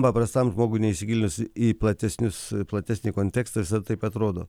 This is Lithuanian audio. paprastam žmogui neįsigilinus į platesnius platesnį kontekstą visada taip atrodo